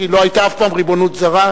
כי לא היתה אף פעם ריבונות זרה,